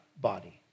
body